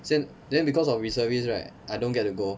先 then because of reservist right I don't get to go